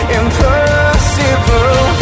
impossible